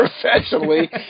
professionally